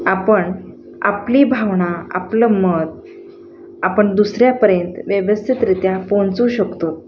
आपण आपली भावना आपलं मत आपण दुसऱ्यापर्यंत व्यवस्थितरित्या पोहोचवू शकतो